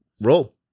roll